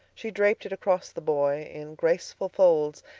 she draped it across the boy in graceful folds,